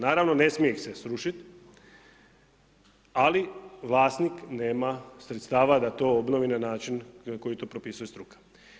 Naravno, ne smije ih se srušit, ali vlasnik nema sredstava da to obnovi na način na koji to propisuje struka.